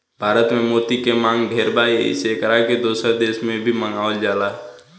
भारत में मोती के मांग ढेर बा एही से एकरा के दोसर देश से भी मंगावल जाला